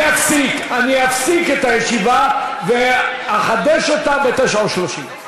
אני אפסיק את הישיבה ואחדש אותה ב-21:30.